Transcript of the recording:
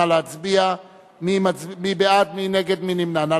נא להצביע, מי בעד, מי נגד, מי נמנע?